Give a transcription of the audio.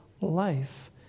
life